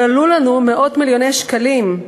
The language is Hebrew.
אבל עלו לנו מאות מיליוני שקלים.